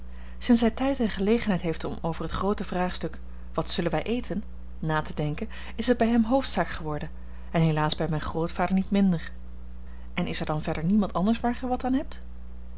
sinds hij tijd en gelegenheid heeft om over het groote vraagstuk wat zullen wij eten na te denken is het bij hem hoofdzaak geworden en helaas bij mijn grootvader niet minder en er is dan verder niemand anders waar gij wat aan hebt